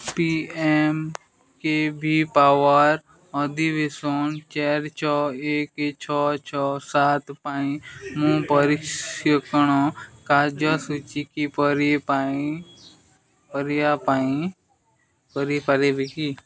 P M K V power ଅଧିବେଶନ ଛଅ ଏକ ଛଅ ଛଅ ସାତ ପାଇଁ ମୁଁ ପ୍ରଶିକ୍ଷଣ କାର୍ଯ୍ୟସୂଚୀ କିପରି ପାଇଁ କରିବା ପାଇଁ କରିପାଇବି କି